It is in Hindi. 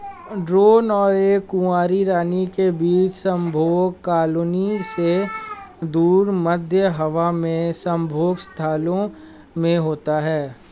ड्रोन और एक कुंवारी रानी के बीच संभोग कॉलोनी से दूर, मध्य हवा में संभोग स्थलों में होता है